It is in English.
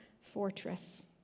fortress